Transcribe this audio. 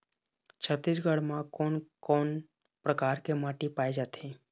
छत्तीसगढ़ म कोन कौन प्रकार के माटी पाए जाथे?